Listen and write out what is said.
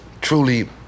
truly